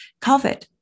COVID